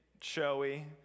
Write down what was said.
showy